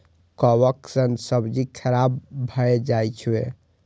कवक सं सब्जी खराब भए जाइ छै